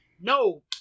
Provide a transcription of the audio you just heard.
no